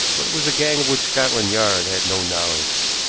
but it was a gang of which scotland yard had no knowledge,